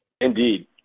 Indeed